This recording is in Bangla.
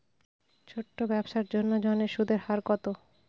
ছোট ব্যবসার জন্য ঋণের সুদের হার কত?